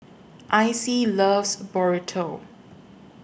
Icey loves Burrito